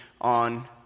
on